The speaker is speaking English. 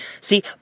See